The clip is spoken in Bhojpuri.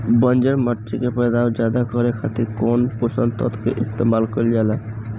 बंजर माटी के पैदावार ज्यादा करे खातिर कौन पोषक तत्व के इस्तेमाल कईल जाला?